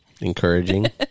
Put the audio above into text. encouraging